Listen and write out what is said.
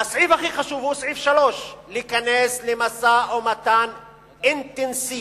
והסעיף הכי חשוב הוא סעיף 3: להיכנס למשא-ומתן אינטנסיבי